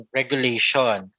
regulation